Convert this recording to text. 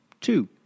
Two